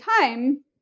time